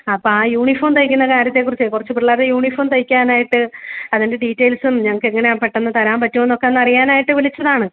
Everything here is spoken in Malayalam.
അപ്പോൾ ആ യൂണിഫോം തയ്ക്കുന്ന കാര്യത്തെ കുറിച്ച് കുറച്ച് പിള്ളേരുടെ യൂണിഫോം തയ്ക്കാനായിട്ട് അതിൻ്റെ ഡീറ്റൈൽസും ഞങ്ങൾക്കെങ്ങനാണ് പെട്ടന്ന് തരാൻ പറ്റുവൊന്നൊക്കെ ഒന്നറിയാനായിട്ട് വിളിച്ചതാണ്